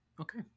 Okay